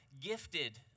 gifted